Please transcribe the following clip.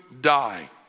die